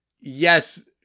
yes